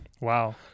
Wow